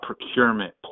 procurement